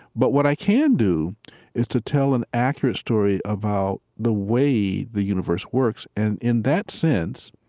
but what i can do is to tell an accurate story about the way the universe works and, in that sense,